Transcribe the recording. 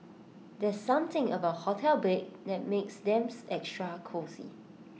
there's something about hotel beds that makes them extra cosy